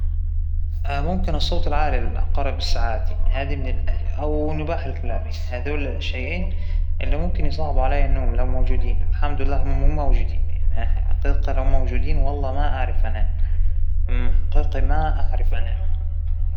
ما شاء الله عندى كثير أبناء أعمام وأخوال، هل تراهم عادةً لأ ما أراهم عادةً، لأنه كل واحد فينا مشغول بحياته كل واحد اختار طريقه وإتجاهاته، وكل واحد فينا عايش بشى ذولة ما أحنا بجنب بعض يعنى، لكن عادةً على تواصل الحمد لله، وعلاقتنا قائمة على صلة الرحم والبر فالحمد لله.